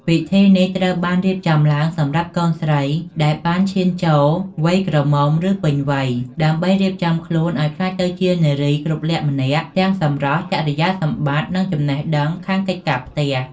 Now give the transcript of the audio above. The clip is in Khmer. ពិធីនេះត្រូវបានរៀបចំឡើងសម្រាប់កូនស្រីដែលបានឈានចូលវ័យក្រមុំ ឬពេញវ័យ ដើម្បីរៀបចំខ្លួនឱ្យក្លាយទៅជានារីគ្រប់លក្ខណ៍ម្នាក់ ទាំងសម្រស់ ចរិយាសម្បត្តិ និងចំណេះដឹងខាងកិច្ចការផ្ទះ។